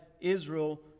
Israel